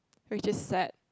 we just sad